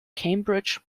cambridge